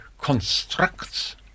constructs